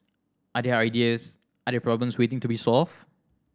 are there ideas are there problems waiting to be solved